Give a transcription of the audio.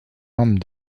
arme